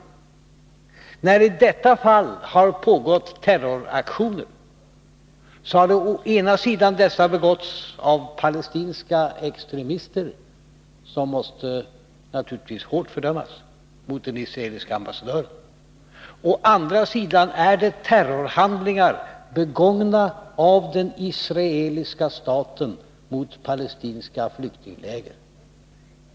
Det har i detta fall å ena sidan begåtts terroraktioner av palestinska extremister, och aktionen mot den israeliska ambassadören måste naturligtvis hårt fördömas. Å andra sidan är det fråga om terrorhandlingar begångna av den israeliska staten mot palestinska flyktingläger.